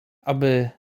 aby